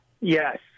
Yes